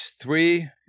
three